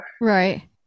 Right